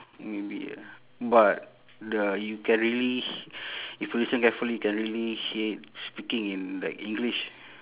maybe ah but the you can really if you listen carefully you can really hear it speaking in like english